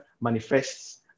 manifests